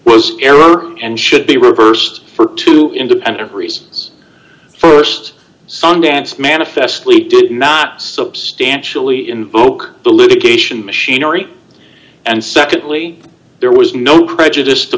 was and should be reversed for two independent reasons st sundance manifestly did not substantially invoke the litigation machinery and secondly there was no prejudice t